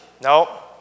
No